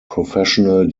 professional